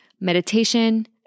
meditation